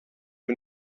wir